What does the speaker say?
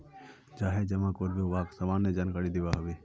जाहें जमा कारबे वाक सामान्य जानकारी दिबा हबे